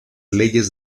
leyes